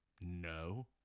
No